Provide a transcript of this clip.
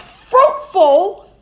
fruitful